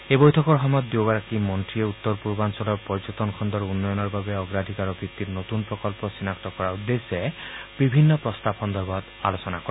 এই বৈঠকৰ সময়ত দুয়োগৰাকী মন্ত্ৰীয়ে উত্তৰ পূৰ্বাঞলৰ পৰ্যটন খণ্ডৰ উন্নয়নৰ বাবে অগ্ৰাধিকাৰৰ ভিত্তিত নতুন প্ৰকল্প চিনাক্ত কৰাৰ উদ্দেশ্যে বিভিন্ন প্ৰস্তাৱ সন্দৰ্ভত আলোচনা কৰে